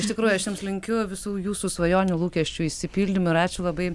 iš tikrųjų aš jums linkiu visų jūsų svajonių lūkesčių išsipildymo ir ačiū labai